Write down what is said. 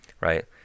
right